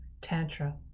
Tantra